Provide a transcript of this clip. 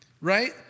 right